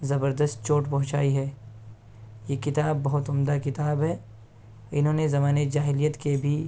زبردست چوٹ پہنچائی ہے یہ کتاب بہت عمدہ کتاب ہے انہوں نے زمانۂ جاہلیت کے بھی